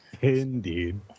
indeed